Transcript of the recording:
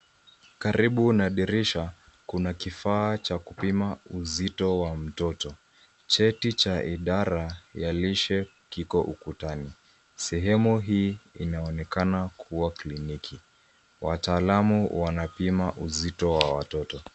Karibu na dirisha, kuna kifaa cha kupima uzito wa mtoto. Cheti cha idara ya lishe kiko ukutani. Sehemu hii inaonekana kuwa kliniki. Wataalamu wanapima uzito wa dirisha.